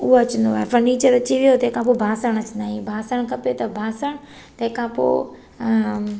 उहो अचंदो आहे फर्नीचर अची वियो तंहिं खां पोइ ॿासण अचंदा आहिनि बासण खपे त बासण तंहिं खां पोइ